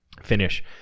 Finish